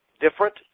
different